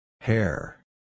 Hair